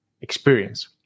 experience